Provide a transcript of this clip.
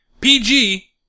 PG